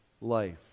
life